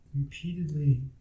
repeatedly